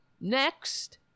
next